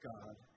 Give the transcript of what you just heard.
God